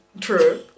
True